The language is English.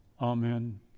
Amen